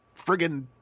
friggin